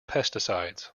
pesticides